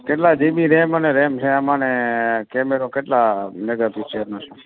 કેટલા GB RAM અને RAM છે આમાં ને કેમેરો કેટલા મેગા પિક્સલનો છે